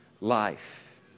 life